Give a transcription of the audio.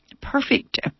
perfect